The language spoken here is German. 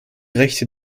rechte